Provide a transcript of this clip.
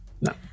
No